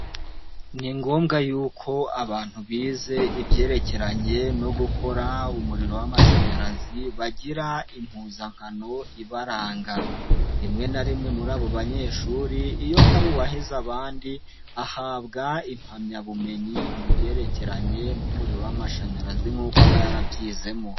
Ni ngombwa yuko abantu bize ibyerekeranye no gukora umuriro w'amashanyarazi bagira impuzankano ibaranga, rimwe na rimwe muri abo banyeshuri iyo hari uwahize abandi ahabwa impamyabumenyi mu byerekeranye n'umuriro w'amashanyarazi nkuko aba yarabyizemo.